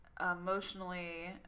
emotionally